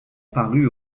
parut